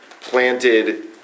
planted